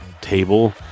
table